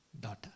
daughter